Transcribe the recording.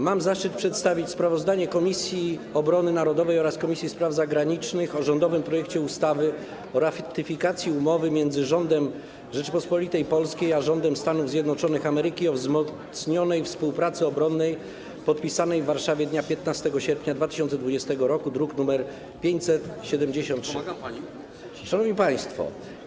Mam zaszczyt przedstawić sprawozdanie Komisji Obrony Narodowej oraz Komisji Spraw Zagranicznych o rządowym projekcie ustawy o ratyfikacji Umowy między Rządem Rzeczypospolitej Polskiej a Rządem Stanów Zjednoczonych Ameryki o wzmocnionej współpracy obronnej, podpisanej w Warszawie dnia 15 sierpnia 2020 r., druk nr 573. Szanowni Państwo!